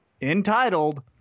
entitled